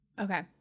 Okay